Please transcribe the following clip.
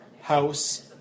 house